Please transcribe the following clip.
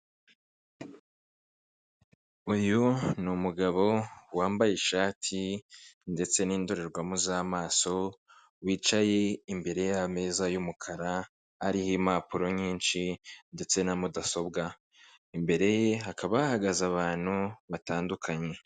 Uyu ni umugabo wambaye ishati ndetse n'indorerwamo z'amaso wicaye imbere y'ameza y'umukara ariho impapuro nyinshi ndetse na mudasobwa, imbere ye hakaba hahagaze abantu batandukanye.